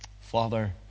Father